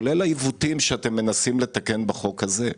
כולל על העיוותים שאתם מנסים לתקן בחוק הזה.